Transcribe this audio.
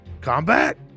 combat